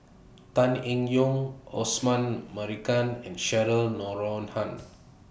Tan Eng Yoon Osman Merican and Cheryl Noronha